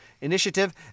Initiative